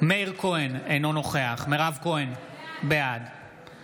מאיר כהן, אינו נוכח מירב כהן, בעד